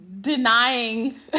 denying